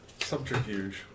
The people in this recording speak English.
Subterfuge